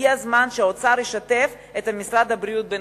הגיע הזמן שהאוצר ישתף את משרד הבריאות בנושא.